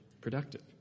productive